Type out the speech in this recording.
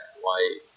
white